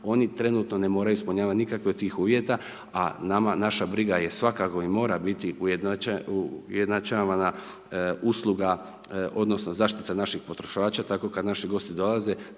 oni trenutno ne moraju ispunjavati nikakve od tih uvjeta, a nama naša briga je svakako i mora biti ujednačavana usluga odnosno zaštita naših potrošača tako kad naši gosti dolaze